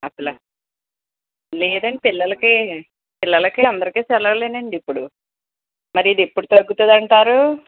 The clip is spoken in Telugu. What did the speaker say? అసలు లేదండి పిల్లలకి పిల్లలకి అందరికీ సెలవులేనండి ఇప్పుడు మరిది ఎప్పుడు తగ్గుతుందంటారు